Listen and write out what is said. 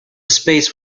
space